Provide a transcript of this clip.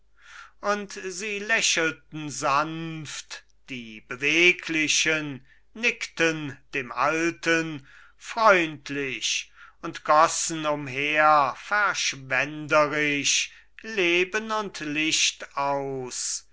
und sie lächelten sanft die beweglichen nickten dem alten freundlich und gossen umher verschwenderisch leben und licht aus